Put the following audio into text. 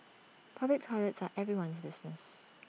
public toilets are everyone's business